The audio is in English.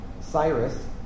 Cyrus